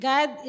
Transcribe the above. God